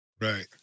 Right